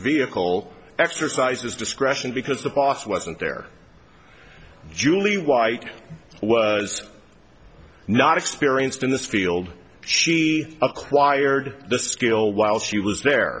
vehicle exercises discretion because the boss wasn't there julie white was not experienced in this field she acquired the skill while she was there